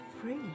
free